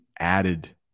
added